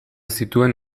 zituen